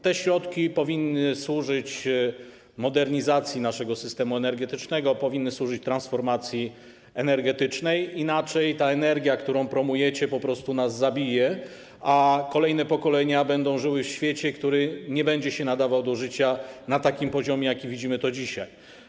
Te środki powinny służyć modernizacji naszego systemu energetycznego, powinny służyć transformacji energetycznej, inaczej ta energia, którą promujecie, po prostu nas zabije, a kolejne pokolenia będą żyły w świecie, który nie będzie się nadawał do życia na takim poziomie, jaki widzimy dzisiaj.